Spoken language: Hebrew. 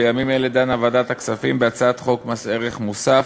בימים אלה דנה ועדת הכספים בהצעת חוק מס ערך מוסף